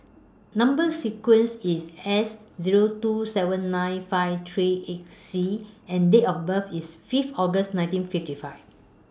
Number sequence IS S Zero two seven nine five three eight C and Date of birth IS five August nineteen fifty five